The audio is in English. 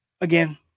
Again